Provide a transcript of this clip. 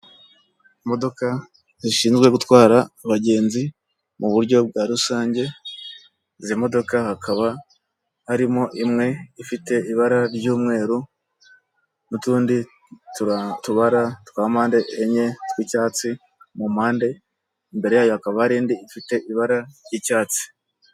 Imodoka zishinzwe gutwara abagenzi mu buryo bwa rusange izi modoka hakaba harimo imwe ifite ibara ry'umweru n'utundi tubara twa mpande enye tw'icyatsi mu mpande imbere yayo hakaba hari indi ifite ibara ry'icyatsi.